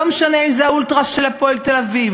לא משנה אם זה ה"אולטראס" של "הפועל תל-אביב",